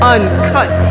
Uncut